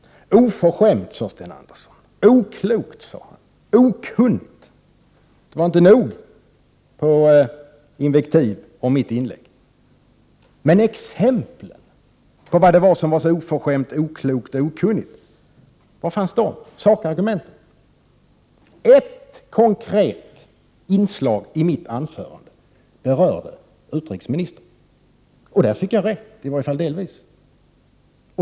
Oförskämt, oklokt, okunnigt, sade Sten Andersson. Det var inte nog med invektiv med anledning av mitt inlägg. Men exemplen — sakargumenten — på vad som var så oförskämt, oklokt och okunnigt var fanns de? Ett konkret inslag i mitt anförande berörde utrikesministern, och där fick jag rätt —i varje fall delvis.